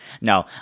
No